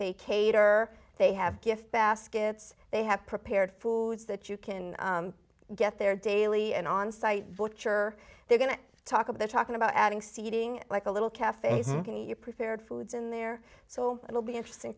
they cater they have gift baskets they have prepared foods that you can get their daily and on site which are they're going to talk of they're talking about adding seating like a little cafe so can you prepared foods in there so it'll be interesting